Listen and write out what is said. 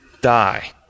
die